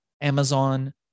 Amazon